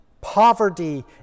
poverty